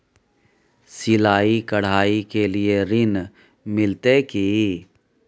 सिलाई, कढ़ाई के लिए ऋण मिलते की?